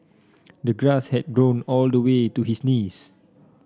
the grass had grown all the way to his knees